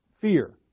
fear